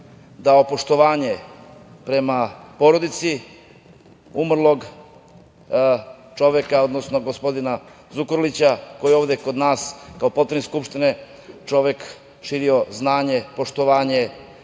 dao poštovanje prema porodici umrlog čoveka, odnosno gospodina Zukorlića koji je ovde kod nas kao potpredsednik Skupštine širio znanje, poštovanje